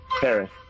Paris